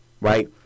right